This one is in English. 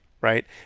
Right